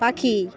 পাখি